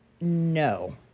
No